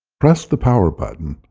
press the power button,